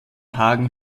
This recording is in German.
hagen